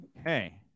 okay